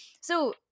So-